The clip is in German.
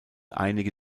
einige